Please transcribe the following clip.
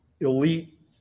elite